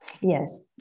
yes